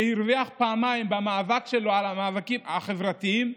שהרוויח פעמיים במאבק שלו על המאבקים החברתיים.